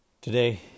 Today